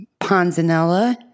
Panzanella